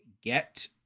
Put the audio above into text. get